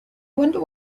wonder